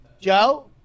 Joe